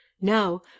Now